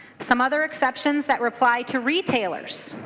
some other exceptions that reply to retailers.